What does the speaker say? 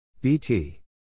BT